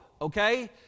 okay